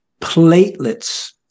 platelets